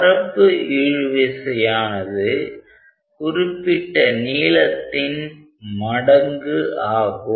பரப்பு இழுவிசையானது குறிப்பிட்ட நீளத்தின் மடங்கு ஆகும்